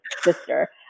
sister